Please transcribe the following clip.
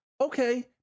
Okay